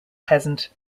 peasant